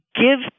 give